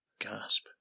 Gasp